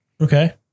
Okay